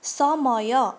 ସମୟ